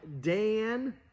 Dan